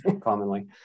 commonly